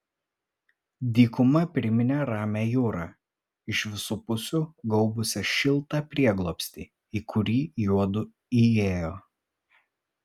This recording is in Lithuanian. dykuma priminė ramią jūrą iš visų pusių gaubusią šiltą prieglobstį į kurį juodu įėjo